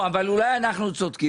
לא, אבל אולי אנחנו צודקים?